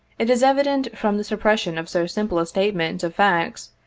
it is evident from the suppression of so simple a statement of facts,